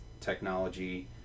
technology